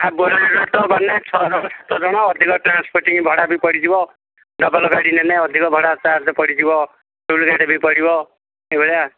ଆ Bolero ତ ଗଲେ ଛ ଜଣ ସାତ ଜଣ ଅଧିକ ଟ୍ରାନ୍ସପୋର୍ଟିଂ ଭଡ଼ା ବି ପଡ଼ିଯିବ ଡବଲ ଗାଡ଼ି ନେଲେ ନେଁ ଅଧିକ ଭଡ଼ା ଚାର୍ଜ ପଡ଼ିଯିବ ଗାଡ଼ି ବି ପଡ଼ିବ ଏଇଭଳିଆ